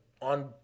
On